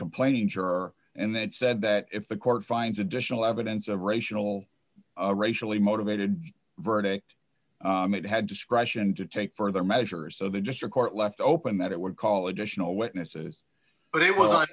complaining juror and that said that if the court finds additional evidence of racial racially motivated verdict it had discretion to take further measures so they just report left open that it would call additional witnesses but it was